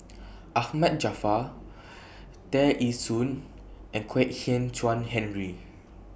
Ahmad Jaafar Tear Ee Soon and Kwek Hian Chuan Henry